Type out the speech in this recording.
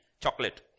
chocolate